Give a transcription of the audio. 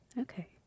Okay